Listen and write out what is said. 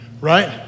right